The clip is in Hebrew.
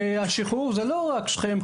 השחרור הוא לא רק של שכם,